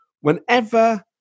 Whenever